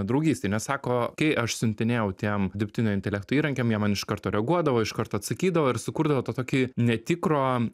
draugystei nes sako kai aš siuntinėjau tiem dirbtinio intelekto įrankiam jie man iš karto reaguodavo iš karto atsakydavo ir sukurdavo tą tokį netikro